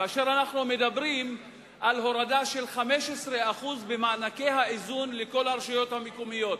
כאשר אנחנו מדברים על הורדה של 15% במענקי האיזון לכל הרשויות המקומיות,